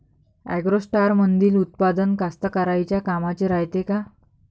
ॲग्रोस्टारमंदील उत्पादन कास्तकाराइच्या कामाचे रायते का?